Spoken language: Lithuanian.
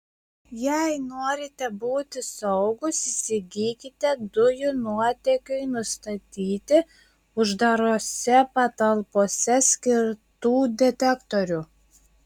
jei norite būti saugūs įsigykite dujų nuotėkiui nustatyti uždarose patalpose skirtų detektorių